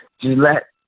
Gillette